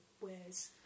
wears